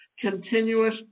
Continuous